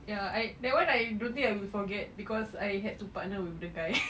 ya I that [one] I don't think I will forget cause I had to partner with the guy